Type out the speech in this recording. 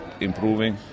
improving